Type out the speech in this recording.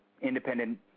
independent